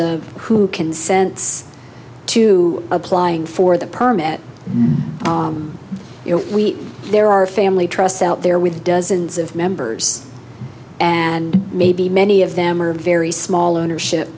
of who consents to applying for the permit if we there are family trusts out there with dozens of members and maybe many of them are very small ownership